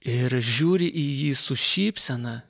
ir žiūri į jį su šypsena